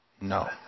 No